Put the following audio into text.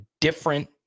different